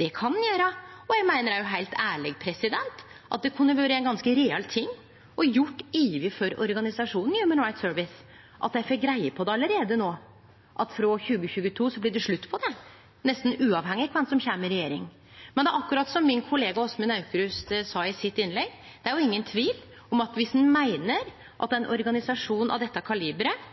Det kan ein gjere, og eg meiner òg heilt ærleg at det kunne vore ein ganske real ting å gjere overfor organisasjonen Human Rights Service, slik at dei får greie på allereie no at frå 2022 blir det slutt på det, nesten uavhengig av kven som kjem i regjering. Men det er akkurat som min kollega Åsmund Aukrust sa i innlegget sitt: Det er ingen tvil om at viss ein meiner at ein organisasjon av dette kaliberet